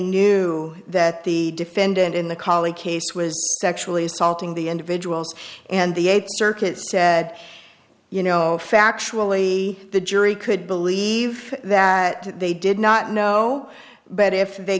knew that the defendant in the cali case was sexually assaulting the individuals and the eighth circuit said you know factually the jury could believe that they did not know but if they